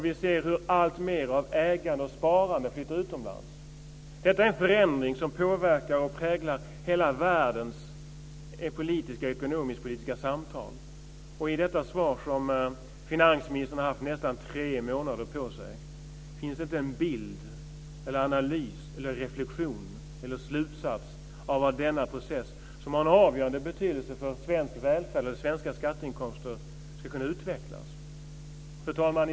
Vi ser hur alltmer av ägande och sparande flyttar utomlands. Detta är en förändring som påverkar och präglar hela världens ekonomisk-politiska samtal. I detta svar från finansministern - han har haft nästan tre månader på sig - finns inte en bild, analys, reflexion eller slutsats av hur denna process, som har en avgörande betydelse för svensk välfärd eller svenska skatteinkomster, ska kunna utvecklas. Fru talman!